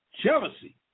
jealousy